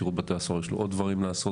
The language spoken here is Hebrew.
שירות בתי הסוהר, יש לו עוד דברים לעשות.